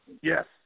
Yes